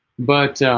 but